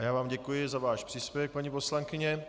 Já vám děkuji za váš příspěvek, paní poslankyně.